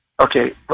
Okay